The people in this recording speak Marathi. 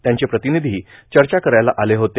त्यांचे प्रतिनिधी चर्चा करायला आले होते